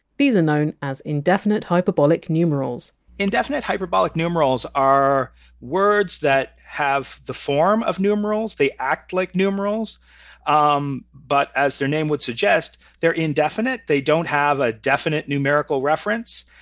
these are known as indefinite hyperbolic numerals indefinite hyperbolic numerals are words that have the form of numerals they act like numerals um but as their name would suggest, they're indefinite. they don't have a definite numerical reference,